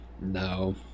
no